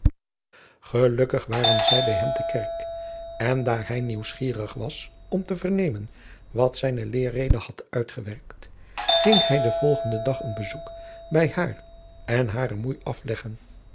gelukkig waren zij bij hem te kerk en daar hij nieuwsgierig was om te vernemen wat zijne leerrede had uitgewerkt ging hij den volgenden dag een bezoek bij haar en hare moei afleggen